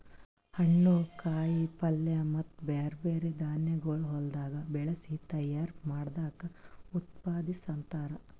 ಹಣ್ಣು, ಕಾಯಿ ಪಲ್ಯ ಮತ್ತ ಬ್ಯಾರೆ ಬ್ಯಾರೆ ಧಾನ್ಯಗೊಳ್ ಹೊಲದಾಗ್ ಬೆಳಸಿ ತೈಯಾರ್ ಮಾಡ್ದಕ್ ಉತ್ಪಾದಿಸು ಅಂತಾರ್